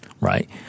right